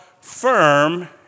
firm